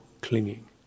clinging